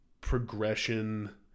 progression